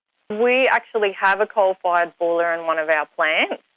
we actually have a coal-fired boiler in one of our plants.